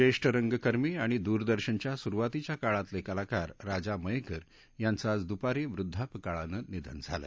ज्येष्ठ रंगकर्मी आणि दूरदर्शनच्या सुरुवातीच्या काळातले कलाकार राजा मयेकर यांचं आज दूपारी वृद्धापकाळानं निधन झालं